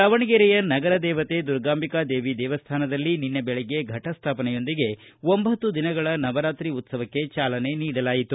ದಾವಣಗೆರೆಯ ನಗರ ದೇವತೆ ದುರ್ಗಾಂಬಿಕಾ ದೇವಿ ದೇವಸ್ಥಾನದಲ್ಲಿ ನಿನ್ನೆ ಬೆಳಗ್ಗೆ ಘಟ ಸ್ಥಾಪನೆಯೊಂದಿಗೆ ಒಂಭತ್ತು ದಿನಗಳ ನವರಾತ್ರಿ ಉತ್ಸವಕ್ಕೆ ಚಾಲನೆ ನೀಡಲಾಯಿತು